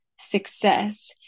success